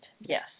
yes